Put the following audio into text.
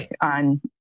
on